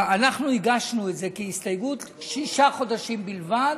אנחנו הגשנו את זה כהסתייגות, שישה חודשים בלבד.